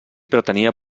pretenia